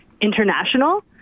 international